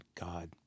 God